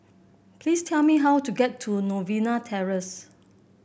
please tell me how to get to Novena Terrace